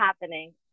happening